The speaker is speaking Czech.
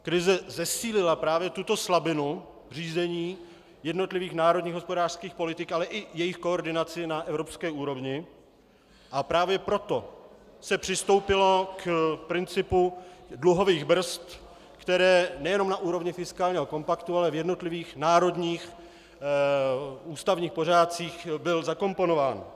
Krize zesílila právě tuto slabinu řízení jednotlivých národních hospodářských politik, ale i jejich koordinaci na evropské úrovni, a právě proto se přistoupilo k principu dluhových brzd, který nejenom na úrovni fiskálního kompaktu, ale v jednotlivých národních ústavních pořádcích byl zakomponován.